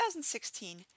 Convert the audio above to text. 2016